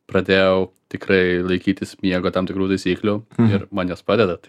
pradėjau tikrai laikytis miego tam tikrų taisyklių ir man jos padeda tai